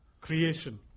creation